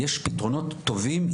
יש פתרונות טובים,